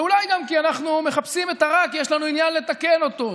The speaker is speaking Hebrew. ואולי גם אנחנו מחפשים את הרע כי יש לנו עניין לתקן אותו,